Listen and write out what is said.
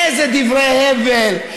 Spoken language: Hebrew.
איזה דברי הבל.